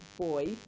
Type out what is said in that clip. boy